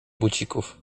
bucików